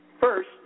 First